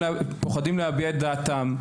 פוחדים להביע את דעתם,